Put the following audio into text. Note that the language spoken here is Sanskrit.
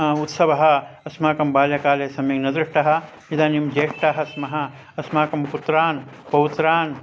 उत्सवः अस्माकं बाल्यकाले सम्यक् न दृष्टः इदानीं ज्येष्ठाः स्मः अस्माकं पुत्रान् पौत्रान्